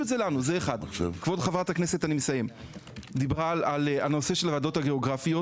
כבוד חברת הכנסת דיברה על הוועדות הגיאוגרפיות,